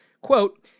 quote